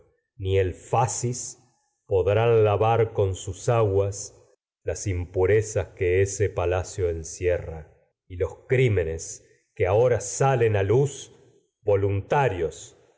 ni el fasis podrán lavar con sus aguas menes las impurezas que ese palacio encierra y los crí qu'e ahora salen pues de todas a luz voluntarios